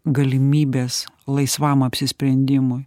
galimybės laisvam apsisprendimui